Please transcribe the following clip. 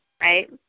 Right